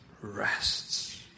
rests